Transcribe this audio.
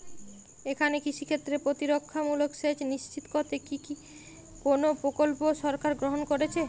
এখানে কৃষিক্ষেত্রে প্রতিরক্ষামূলক সেচ নিশ্চিত করতে কি কোনো প্রকল্প সরকার গ্রহন করেছে?